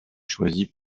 choisi